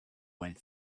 went